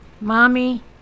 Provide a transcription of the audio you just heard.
Mommy